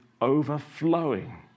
overflowing